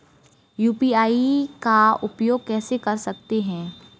UPI का उपयोग कैसे कर सकते हैं?